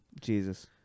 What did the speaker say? Jesus